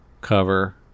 cover